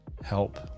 Help